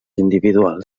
individual